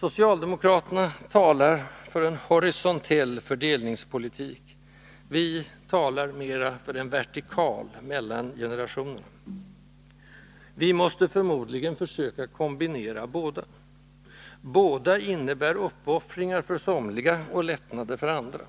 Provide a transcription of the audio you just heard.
Socialdemokraterna talar för en horisontell fördelningspolitik, vi talar mera för en vertikal, mellan generationerna. Vi måste förmodligen försöka kombinera båda. Båda innebär uppoffringar för somliga och lättnader för andra.